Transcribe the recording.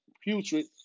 putrid